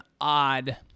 odd